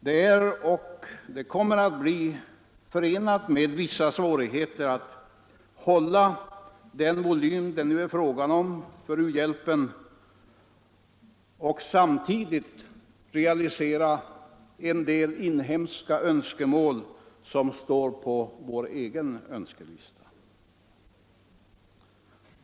Det är och det kommer att bli förenat med vissa svårigheter att hålla den volym för u-hjälpen det nu är fråga om och samtidigt realisera en del inhemska reformer som står på vår egen önskelista.